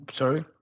sorry